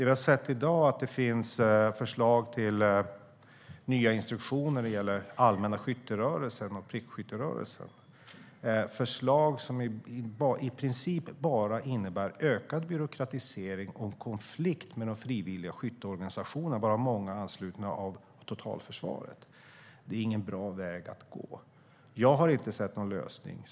Vi har sett i dag att det finns förslag till nya instruktioner när det gäller den allmänna skytterörelsen och prickskytte, förslag som i princip bara innebär ökad byråkratisering och konflikt med de frivilliga skytteorganisationerna, varav många är anslutna av totalförsvaret. Det är ingen bra väg att gå. Jag har inte sett någon lösning.